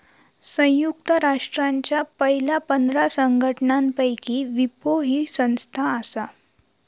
संयुक्त राष्ट्रांच्या पयल्या पंधरा संघटनांपैकी विपो ही संस्था आसा